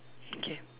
okay